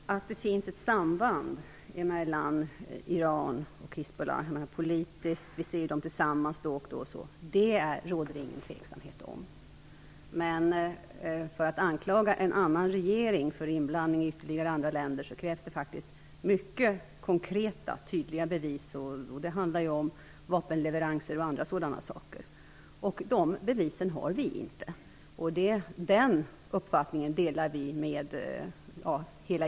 Fru talman! Att det finns ett samband mellan Iran och Hizbollah, såsom att vi ser dem tillsammans då och då, råder det ingen tvekan om. Men för att anklaga en annan regering för inblandning i ytterligare andra länder krävs det mycket konkreta tydliga bevis. Det handlar om vapenleveranser och sådant. De bevisen har vi inte. Den uppfattningen delar vi med hela